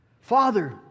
Father